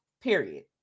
Period